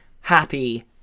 happy